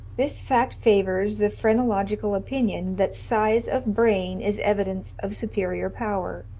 this fact favours the phrenological opinion that size of brain is evidence of superior power.